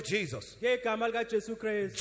Jesus